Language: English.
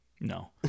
No